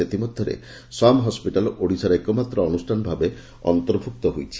ସେଥିମଧ୍ଧରୁ SUM hospital ଓଡ଼ିଶାର ଏକମାତ୍ର ଅନୁଷ୍ଠାନ ଭାବେ ଅନ୍ତର୍ଭୁକ୍ତ ହୋଇଛି